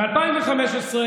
זה היה היום שהייתי צריכה להיבחר.